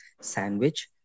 sandwich